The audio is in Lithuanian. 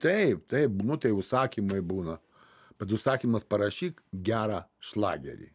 taip taip nu tai užsakymai būna bet užsakymas parašyk gerą šlagerį